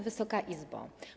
Wysoka Izbo!